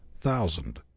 thousand